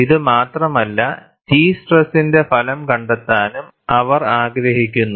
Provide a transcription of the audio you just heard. ഇത് മാത്രമല്ല T സ്ട്രെസിന്റെ ഫലം കണ്ടെത്താനും അവർ ആഗ്രഹിക്കുന്നു